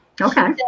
Okay